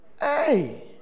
Hey